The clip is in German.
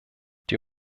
die